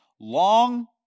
long